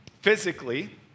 physically